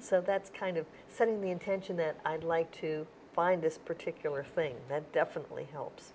so that's kind of setting the intention that i'd like to find this particular thing that definitely helps